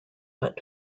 but